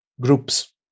groups